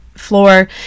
floor